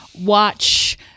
watch